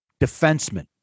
defenseman